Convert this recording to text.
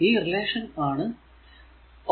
ഈ റിലേഷൻ ആണ് Ohm's law ohm's law